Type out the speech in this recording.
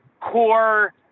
core